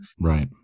Right